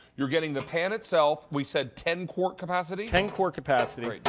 you're getting the pan itself. we said ten quart capacity. ten quart capacity.